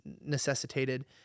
necessitated